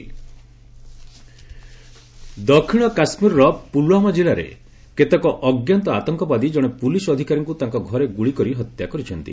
JK killed ଦକ୍ଷିଣ କାଶ୍ମୀରର ପୁଲଓ୍ୱାମା ଜିଲ୍ଲାରେ କେତେକ ଅଞ୍ଜାତ ଆତଙ୍କବାଦୀ ଜଣେ ପୁଲିସ୍ ଅଧିକାରୀଙ୍କୁ ତାଙ୍କ ଘରେ ଗୁଳିକରି ହତ୍ୟା କରିଛନ୍ତି